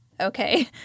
okay